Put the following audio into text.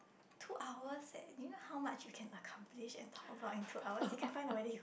two hours eh you know how much you can accomplish and talk about in two hours you can find out whether he got